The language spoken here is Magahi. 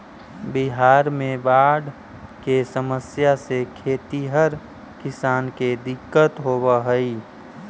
बिहार में बाढ़ के समस्या से खेतिहर किसान के दिक्कत होवऽ हइ